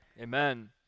Amen